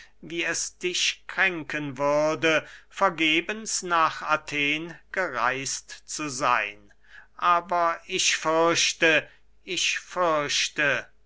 wie es dich kränken würde vergebens nach athen gereist zu seyn aber ich fürchte ich fürchte